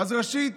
אז ראשית,